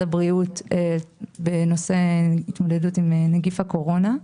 הבריאות בנושא התמודדות עם נגיף הקורונה.